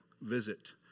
visit